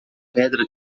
pedra